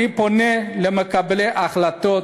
אני פונה למקבלי ההחלטות